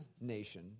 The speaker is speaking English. nation